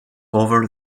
over